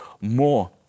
more